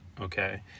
Okay